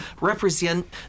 represent